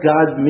God